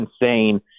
insane